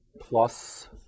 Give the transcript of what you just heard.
plus